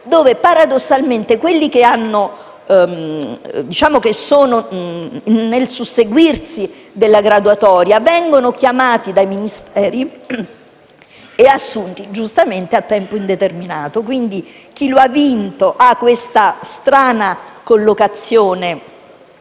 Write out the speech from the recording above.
cui, paradossalmente, quelli che sono nel susseguirsi della graduatoria vengono chiamati dai Ministeri e assunti, giustamente, a tempo indeterminato. Quindi, chi lo ha vinto, ha questa strana collocazione